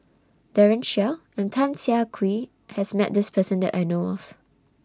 Daren Shiau and Tan Siah Kwee has Met This Person that I know of